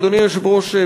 אדוני היושב-ראש,